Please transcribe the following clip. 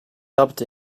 dubbed